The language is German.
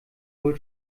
wohl